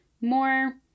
more